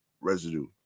residue